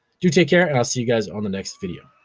do take care and i'll see you guys on the next video.